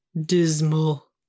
dismal